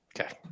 Okay